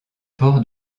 port